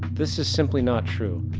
this is simply not true.